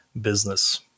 business